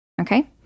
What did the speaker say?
okay